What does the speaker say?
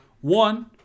One